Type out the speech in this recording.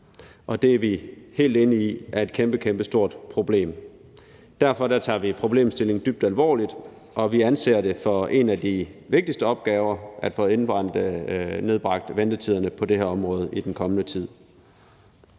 Og det er vi helt enige i er et kæmpestort problem. Derfor tager vi problemstillingen dybt alvorligt, og vi anser det for en af de vigtigste opgaver at få nedbragt ventetiderne på det her område i den kommende tid.